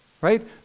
right